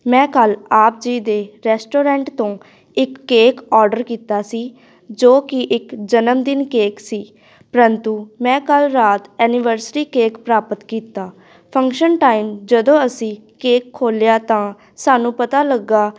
ਮੈਂ ਕੱਲ੍ਹ ਆਪ ਜੀ ਦੇ ਰੈਸਟੋਰੈਂਟ ਤੋਂ ਇੱਕ ਕੇਕ ਔਡਰ ਕੀਤਾ ਸੀ ਜੋ ਕਿ ਇੱਕ ਜਨਮ ਦਿਨ ਕੇਕ ਸੀ ਪਰੰਤੂ ਮੈਂ ਕੱਲ੍ਹ ਰਾਤ ਐਨੀਵਰਸਰੀ ਕੇਕ ਪ੍ਰਾਪਤ ਕੀਤਾ ਫੰਕਸ਼ਨ ਟਾਈਮ ਜਦੋਂ ਅਸੀਂ ਕੇਕ ਖੋਲ੍ਹਿਆ ਤਾਂ ਸਾਨੂੰ ਪਤਾ ਲੱਗਾ